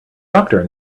doctor